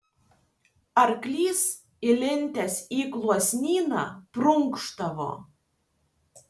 arklys įlindęs į gluosnyną prunkštavo